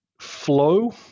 flow